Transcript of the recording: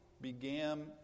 began